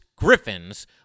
Griffins